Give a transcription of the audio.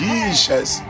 Jesus